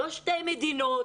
לא שתי מדינות,